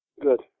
Good